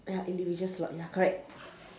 ya individual slot ya correct